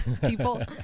people